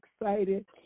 excited